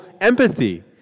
empathy